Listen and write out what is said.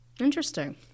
Interesting